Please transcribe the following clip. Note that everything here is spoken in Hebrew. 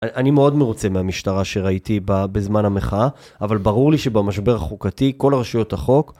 אני מאוד מרוצה מהמשטרה שראיתי בזמן המחאה, אבל ברור לי שבמשבר החוקתי כל הרשויות החוק...